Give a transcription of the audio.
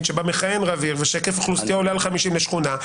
שבה מכהן רב עיר ושהיקף האוכלוסייה עולה על 15,000 לשכונה,